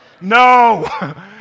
No